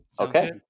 Okay